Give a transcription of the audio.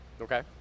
Okay